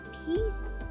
peace